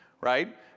Right